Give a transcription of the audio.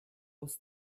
aus